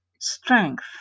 strength